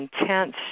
intense